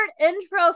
intro